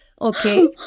Okay